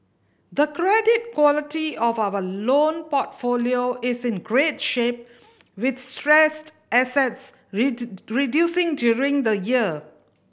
the credit quality of our loan portfolio is in great shape with stressed assets reducing during the year